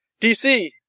DC